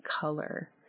color